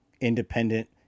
independent